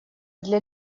для